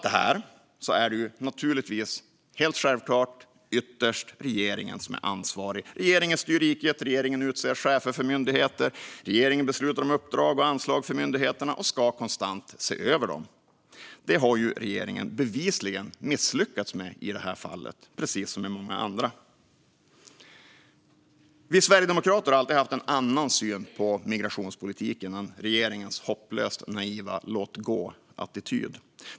Det är naturligtvis regeringen som är ytterst ansvarig för allt detta. Regeringen styr riket, regeringen utser chefer för myndigheter, regeringen beslutar om uppdrag och anslag för myndigheter och ska konstant se över dem. Det har regeringen bevisligen misslyckats med i detta fall, precis som i många andra fall. Vi sverigedemokrater har alltid haft en annan syn på migrationspolitiken än regeringens hopplöst naiva låtgåattityd.